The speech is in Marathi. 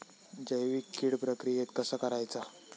जैविक कीड प्रक्रियेक कसा करायचा?